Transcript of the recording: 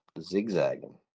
zigzagging